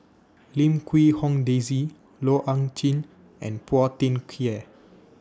Lim Quee Hong Daisy Loh Ah Chee and Phua Thin Kiay